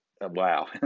wow